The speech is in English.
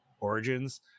origins